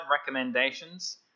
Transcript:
recommendations